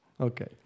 Okay